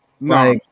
No